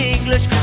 English